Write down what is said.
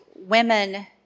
women